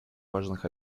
важных